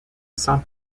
saint